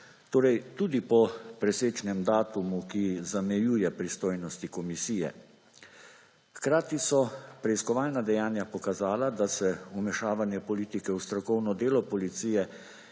torej tudi po presečnem datumu, ki zamejuje pristojnosti komisije. Hkrati so preiskovalna dejanja pokazala, da se vmešavanje politike v strokovno delo policije